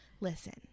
listen